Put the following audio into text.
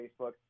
Facebook